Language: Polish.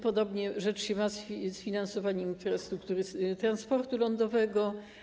Podobnie rzecz się ma z finansowaniem infrastruktury transportu lądowego.